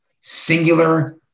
singular